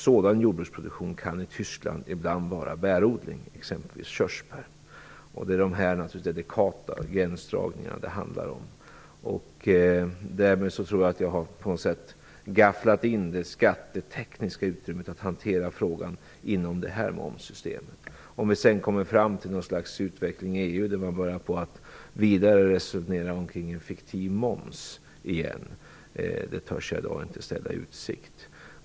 Sådan jordbruksproduktion kan i Tyskland ibland vara bärodling, exempelvis körsbär. Det är dessa delikata gränsdragningar som det handlar om. Därmed tror jag att jag har avgränsat det skattetekniska utrymmet att hantera frågan inom ramen för det här momssystemet. Huruvida man sedan inom EU på nytt börjar resonera kring en fiktiv moms törs jag i dag inte uttala mig om.